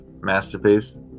Masterpiece